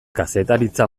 kazetaritza